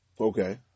Okay